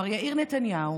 מר יאיר נתניהו,